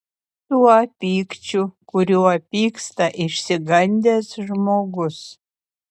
tuo pykčiu kuriuo pyksta išsigandęs žmogus